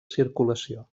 circulació